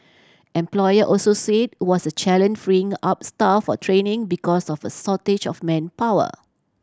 employer also said was a challenge freeing up staff for training because of a shortage of manpower